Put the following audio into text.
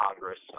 Congress